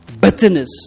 bitterness